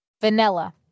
Vanilla